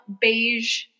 beige